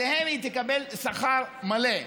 עליהם היא תקבל שכר מלא.